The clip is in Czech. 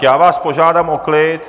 Já vás požádám o klid.